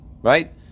right